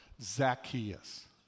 Zacchaeus